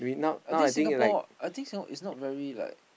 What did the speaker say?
at this Singapore I think so it's not very like